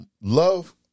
love